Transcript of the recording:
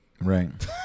Right